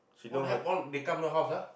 all help all they come your house ah